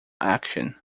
action